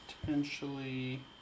potentially